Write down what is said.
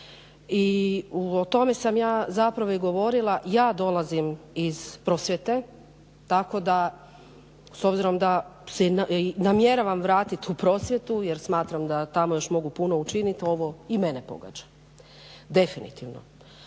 I o tome sam ja zapravo i govorila, ja dolazim iz prosvjete, tako da s obzirom da se namjeravam vratiti u prosvjetu jer smatram da tamo još mogu puno učiniti, ovo i mene pogađa, definitivno.